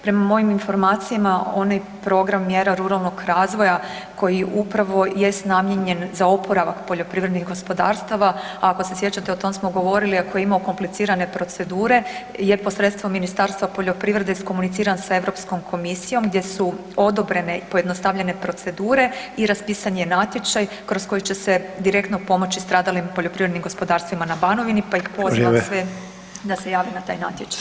Prema mojim informacijama onaj program mjera ruralnog razvoja koji upravo jest namijenjen za oporavak poljoprivrednih gospodarstava, ako se sjećate o tom smo govorili ako je imao komplicirane procedure je posredstvom Ministarstva poljoprivrede iskomuniciran sa Europskom komisijom gdje su odobrene i pojednostavljene procedure i raspisan je natječaj kroz koji će se direktno pomoći stradalim poljoprivrednim gospodarstvima na Banovini [[Upadica: Vrijeme]] pa ih pozivam sve da se jave na taj natječaj.